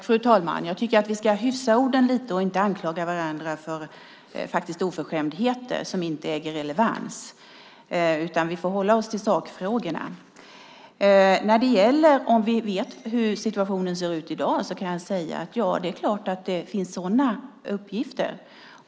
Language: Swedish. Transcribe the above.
Fru talman! Jag tycker att vi ska hyfsa orden lite och inte anklaga varandra för oförskämdheter som inte äger relevans, utan vi får hålla oss till sakfrågorna. När det gäller om vi vet hur situationen ser ut i dag kan jag säga att det finns sådana uppgifter.